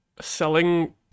selling